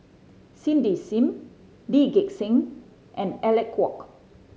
Cindy Sim Lee Gek Seng and Alec Kuok